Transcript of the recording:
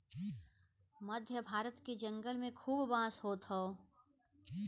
मध्य भारत के जंगल में खूब बांस होत हौ